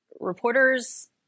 reporters